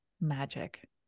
magic